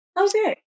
Okay